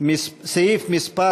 סעיף מס'